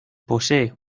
posee